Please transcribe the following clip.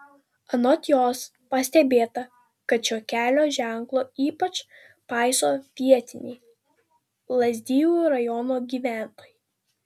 anot jos pastebėta kad šio kelio ženklo ypač paiso vietiniai lazdijų rajono gyventojai